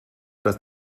dass